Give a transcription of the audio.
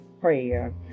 prayer